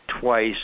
twice